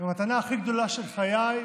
הם המתנה הכי גדולה של חיי,